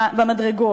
להוראתך.